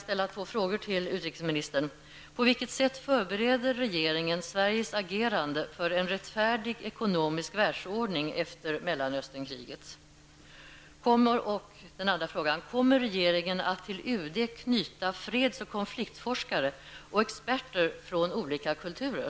På vilket sätt förbereder regeringen Sveriges agerande för en rättfärdig ekonomisk världsordning efter Mellanösternkriget? Kommer regeringen att till UD knyta freds och konfliktforskare och experter från olika kulturer?